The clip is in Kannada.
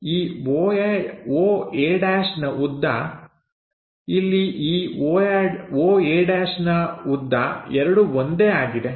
ಈ oa' ನ ಉದ್ದ ಇಲ್ಲಿ ಈ oa' ನ ಉದ್ದ ಎರಡು ಒಂದೇ ಆಗಿವೆ